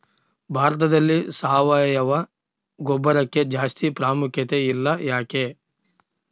ಭಾರತದಲ್ಲಿ ಸಾವಯವ ಗೊಬ್ಬರಕ್ಕೆ ಜಾಸ್ತಿ ಪ್ರಾಮುಖ್ಯತೆ ಇಲ್ಲ ಯಾಕೆ?